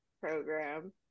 program